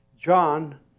John